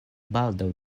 baldaŭ